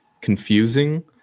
confusing